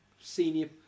senior